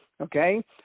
Okay